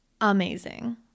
amazing